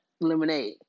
lemonade